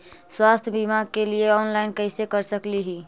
स्वास्थ्य बीमा के लिए ऑनलाइन कैसे कर सकली ही?